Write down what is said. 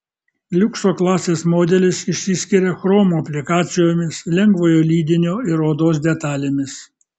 liukso klasės modelis išsiskiria chromo aplikacijomis lengvojo lydinio ir odos detalėmis